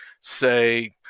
say